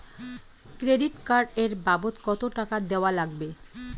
Credit card এর বাবদ কতো টাকা দেওয়া লাগবে?